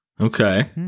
okay